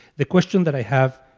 the question that i have,